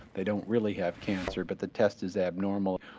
they don't really have cancer but the test is abnormal.